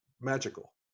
magical